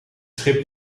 schip